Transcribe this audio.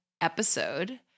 episode